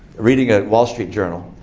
reading a wall street journal.